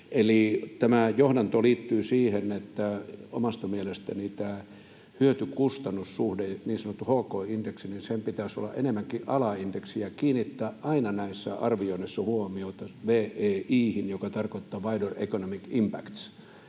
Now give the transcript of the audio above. Tämä johdanto liittyy siihen, että omasta mielestäni tämän hyöty—kustannus-suhteen, niin sanotun hk-indeksin, pitäisi olla enemmänkin alaindeksi ja pitäisi kiinnittää näissä arvioinneissa aina huomiota WEI:hin, joka tarkoittaa ’wider economic impacts’